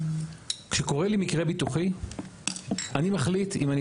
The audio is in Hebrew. כשקורה לי מקרה ביטוחי אני מחליט אם אני